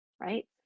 right